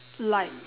like